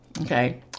Okay